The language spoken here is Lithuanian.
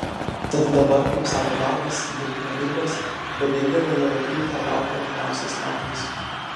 tad dabar kaip sako liaudis dirbk nedirbęs bet nedidelė javapjūtė laukia artimiausiais metais